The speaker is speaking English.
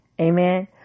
Amen